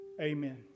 Amen